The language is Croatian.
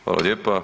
Hvala lijepa.